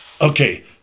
Okay